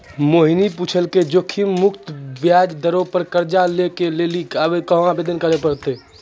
मोहिनी पुछलकै जोखिम मुक्त ब्याज दरो पे कर्जा लै के लेली कहाँ आवेदन करे पड़तै?